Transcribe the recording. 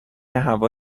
هوا